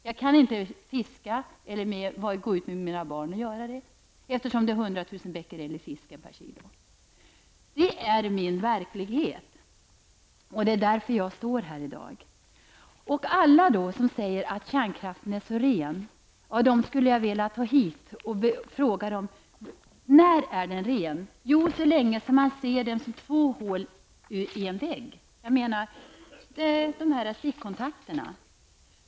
Jag kan inte fiska tillsammans med mina barn, eftersom det är Detta är min verklighet. Det är därför jag står här i dag. Jag skulle vilja ta hit alla dem som säger att kärnkraften är så ren. Jag skulle vilja fråga dem när den är ren. Jo, den är ren så länge som man ser den som två hål i en vägg -- stickkontakterna.